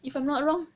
if I'm not wrong